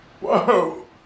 Whoa